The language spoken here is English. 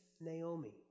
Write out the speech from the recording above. Naomi